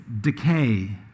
decay